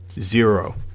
Zero